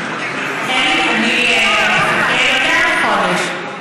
תחכי חודש.